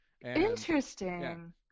interesting